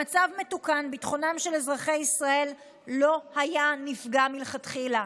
במצב מתוקן ביטחונם של אזרחי ישראל לא היה נפגע מלכתחילה.